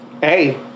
Hey